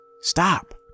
Stop